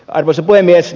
arvoisa puhemies